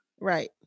Right